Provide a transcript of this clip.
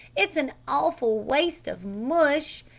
it's an awful waste of mush.